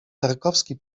tarkowski